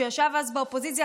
שישב אז באופוזיציה,